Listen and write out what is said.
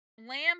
Lamb